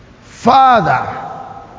Father